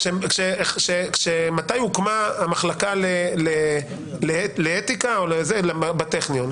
מתי הוקמה המחלקה לאתיקה בטכניון?